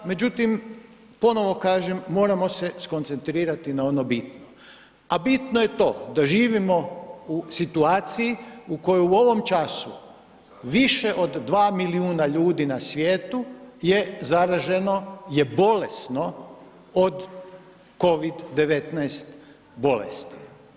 Međutim, ponovo kažem, moramo se skoncentrirati na ono bitno, a bitno je to da živimo u situaciji u kojoj u ovom času više od 2 milijuna kuna na svijetu je zaraženo, je bolesno od COVID-19 bolesti.